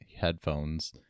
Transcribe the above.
headphones